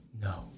no